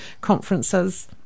conferences